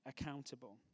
accountable